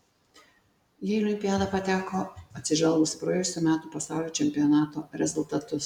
jie į olimpiadą pateko atsižvelgus į praėjusių metų pasaulio čempionato rezultatus